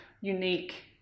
unique